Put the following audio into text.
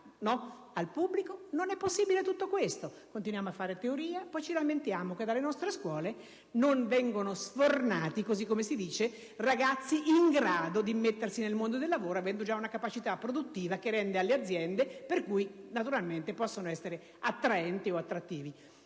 al pubblico, non è possibile tutto questo. Continuiamo a fare teoria, poi ci lamentiamo che dalle nostre scuola non vengono sfornati, così come si dice, ragazzi in grado di immettersi nel mondo del lavoro avendo già una capacità produttiva che interessi alle aziende e che pertanto li renda attrattivi.